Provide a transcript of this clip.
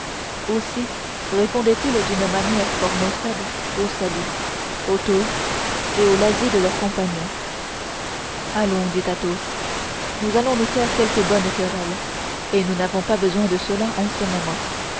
aussi répondaient ils d'une manière fort maussade aux saluts aux toasts et aux lazzi de leurs compagnons allons dit athos nous allons nous faire quelque bonne querelle et nous n'avons pas besoin de cela en ce moment